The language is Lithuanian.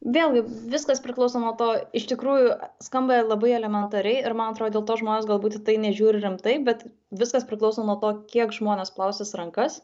vėlgi viskas priklauso nuo to iš tikrųjų skamba labai elementariai ir man atrodo dėl to žmonės galbūt į tai nežiūri rimtai bet viskas priklauso nuo to kiek žmonės plausis rankas